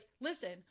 listen